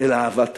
אלא אהבת האדם?